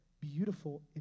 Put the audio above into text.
beautiful